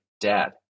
Dad